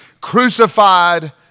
crucified